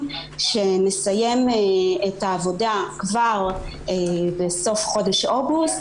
שנסיים את העבודה כבר בסוף חודש אוגוסט,